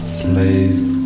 slaves